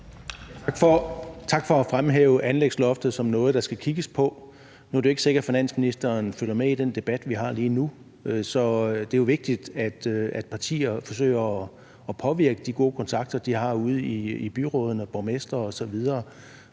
Tak for at fremhæve anlægsloftet som noget, der skal kigges på. Nu er det jo ikke sikkert, finansministeren følger med i den debat, vi har lige nu, så det er vigtigt, at partier forsøger at påvirke de gode kontakter, de har ude i byrådene, borgmestre osv.